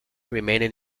remained